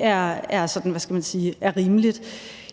er rimeligt.